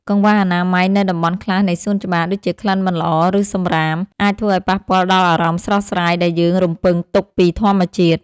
កង្វះអនាម័យនៅតំបន់ខ្លះនៃសួនច្បារ ដូចជាក្លិនមិនល្អ ឬសម្រាម អាចធ្វើឱ្យប៉ះពាល់ដល់អារម្មណ៍ស្រស់ស្រាយដែលយើងរំពឹងទុកពីធម្មជាតិ។